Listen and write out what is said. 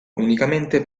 unicamente